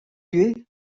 ivez